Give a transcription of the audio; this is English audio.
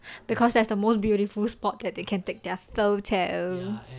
because that's the most beautiful spot that they can take their photo